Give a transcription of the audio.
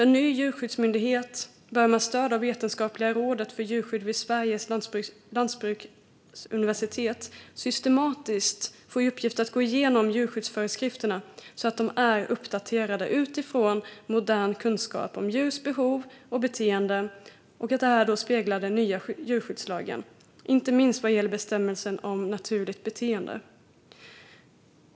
En ny djurskyddsmyndighet bör därför få i uppgift att med stöd av det vetenskapliga rådet för djurskydd vid Sveriges lantbruksuniversitet systematiskt gå igenom djurskyddsföreskrifterna så att de är uppdaterade utifrån modern kunskap om djurs behov och beteenden och speglar den nya djurskyddslagen, inte minst vad gäller bestämmelserna om naturligt beteende.